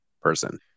person